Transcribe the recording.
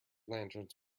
lanterns